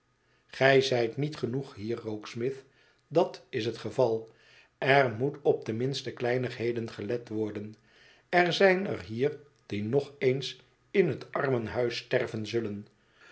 gij zijt niet genoeg hier rokesmith dat is het geval er moet op de minste kleinigheden gelet worden er zijn er hier die nog eens in het armhuis sterven zullen